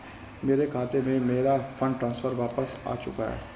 मेरे खाते में, मेरा फंड ट्रांसफर वापस आ चुका है